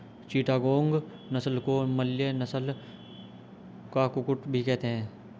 चिटागोंग नस्ल को मलय नस्ल का कुक्कुट भी कहते हैं